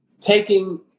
taking